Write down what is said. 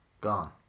Gone